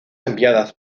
enviadas